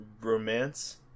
romance